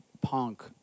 punk